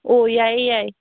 ꯑꯣ ꯌꯥꯏꯌꯦ ꯌꯥꯏꯌꯦ